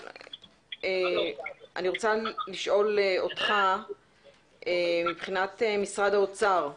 אני רוצה לשאול אותך מבחינת משרד האוצר,